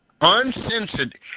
Uncensored